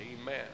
Amen